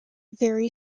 very